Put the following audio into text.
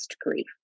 grief